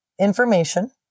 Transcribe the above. information